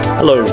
Hello